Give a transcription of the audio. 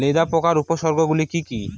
লেদা পোকার উপসর্গগুলি কি কি?